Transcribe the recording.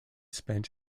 spent